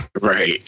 Right